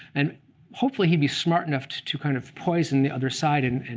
and hopefully, he'd be smart enough to to kind of poison the other side and and